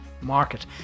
market